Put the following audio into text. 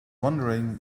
wondering